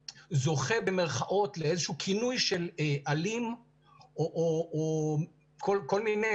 "זוכה" לאיזשהו כינוי ומכנים אותו אלים או כל מיני